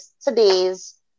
today's